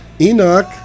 Enoch